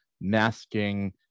masking